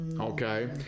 okay